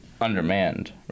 undermanned